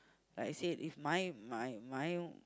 like I said if my my my